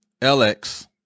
LX